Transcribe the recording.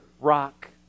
Rock